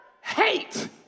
hate